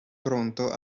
pronto